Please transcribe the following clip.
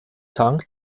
tank